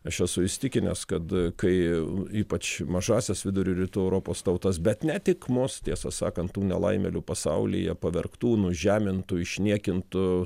aš esu įsitikinęs kad kai ypač mažąsias vidurio ir rytų europos tautas bet ne tik mus tiesą sakant tų nelaimėlių pasaulyje pavergtų nužemintų išniekintų